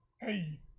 hey